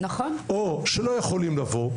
או שלא יכולים לבוא,